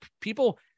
people